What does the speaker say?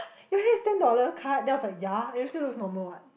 your hair is ten dollar cut then I was like yea it will still looks normal what